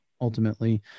ultimately